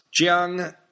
Jiang